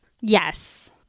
Yes